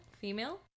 female